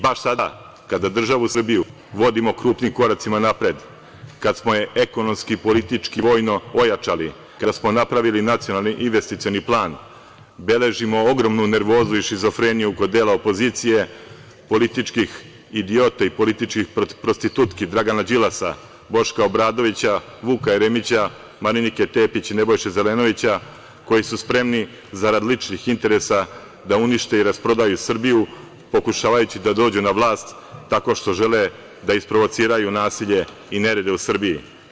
Baš sada kada državu Srbiju vodimo krupnim koracima napred, kad smo je ekonomski, politički i vojno ojačali, kada smo napravili Nacionalni investicioni plan, beležimo ogromnu nervozu i šizofreniju kod dela opozicije, političkih idiota i političkih prostitutki Dragana Đilasa, Boška Obradovića, Vuka Jeremića, Marinike Tepić i Nebojše Zelenovića, koji su spremni zarad ličnih interesa da unište i rasprodaju Srbiju, pokušavajući da dođu na vlast tako što žele da isprovociraju nasilje i nerede u Srbiji.